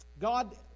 God